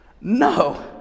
No